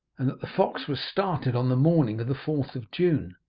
and that the fox was started on the morning of the fourth of june,